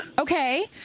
Okay